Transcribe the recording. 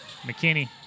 McKinney